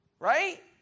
Right